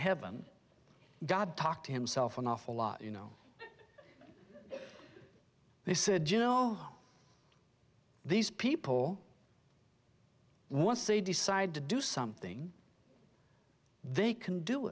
heaven god talked himself an awful lot you know they said you know these people once they decide to do something they can do